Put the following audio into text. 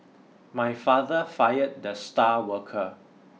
my father fired the star worker